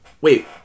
wait